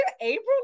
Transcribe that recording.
april